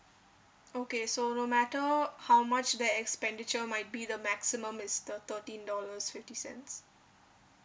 okay so no matter how much the expenditure might be the maximum is the thirteen dollars fifty cents